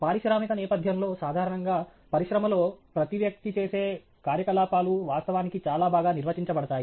పారిశ్రామిక నేపధ్యంలో సాధారణంగా పరిశ్రమలో ప్రతి వ్యక్తి చేసే కార్యకలాపాలు వాస్తవానికి చాలా బాగా నిర్వచించబడతాయి